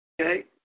okay